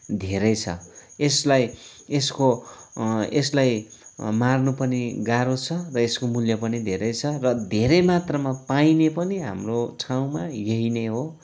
धेरै छ यसलाई यसको यसलाई मार्न पनि गाह्रो छ र यसको मूल्य पनि धेरै छ र धेरै मात्रामा पाइने पनि हाम्रो ठाउँमा यही नै हो